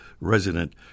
resident